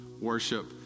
worship